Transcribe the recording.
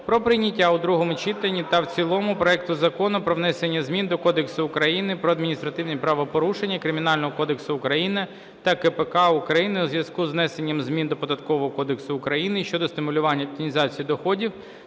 про прийняття у другому читанні та в цілому проекту Закону "Про внесення зміни до Кодексу України про адміністративні правопорушення, Кримінального кодексу України та КПК України у зв'язку із внесення змін до Податкового кодексу України щодо стимулювання детінізації доходів